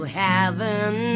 heaven